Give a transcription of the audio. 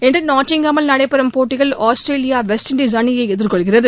இன்று நாட்டிங்ஹாமில் நடைபெறும் போட்டியில் ஆஸ்திரேலியா வெஸ்ட் இண்டீஸ் அணியை எதிர்கொள்கிறது